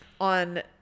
on